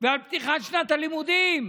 ועל פתיחת שנת הלימודים,